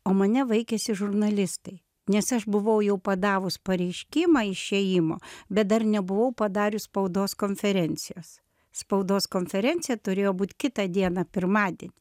o mane vaikėsi žurnalistai nes aš buvau jau padavus pareiškimą išėjimo bet dar nebuvau padarius spaudos konferencijos spaudos konferencija turėjo būt kitą dieną pirmadienį